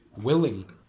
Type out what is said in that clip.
willing